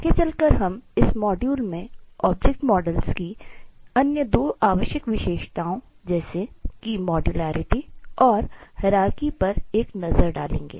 आगे चलकर हम इस मॉड्यूल में ऑब्जेक्ट मॉडल्स पर एक नज़र डालेंगे